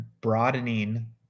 broadening